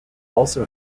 also